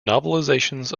novelizations